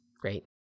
great